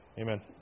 Amen